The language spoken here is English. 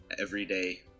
everyday